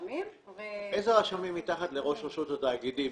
איזה רשמים מתחת לראש רשות התאגידים?